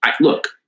look